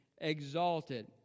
exalted